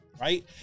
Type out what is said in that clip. Right